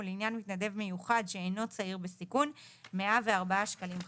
ולעניין מתנדב מיוחד שאינו צעיר בסיכום - 104 שקלים חדשים,